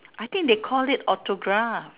I think they call it autograph